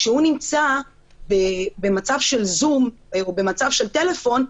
כשהוא נמצא במצב של "זום" או במצב של טלפון,